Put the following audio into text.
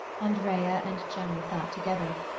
andrea and gemma sat together,